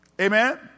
Amen